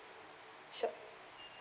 sure